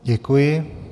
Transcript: Děkuji.